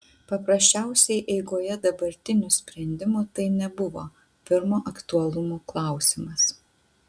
paprasčiausiai eigoje dabartinių sprendimų tai nebuvo pirmo aktualumo klausimas